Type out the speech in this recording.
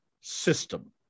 system